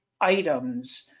items